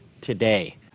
today